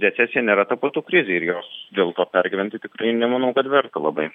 recesija nėra tapatu krizei ir jos dėl to pergyventi tikrai nemanau kad verta labai